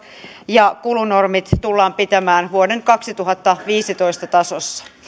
ja kulunormit tullaan pitämään vuoden kaksituhattaviisitoista tasossa